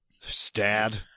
Stad